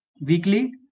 weekly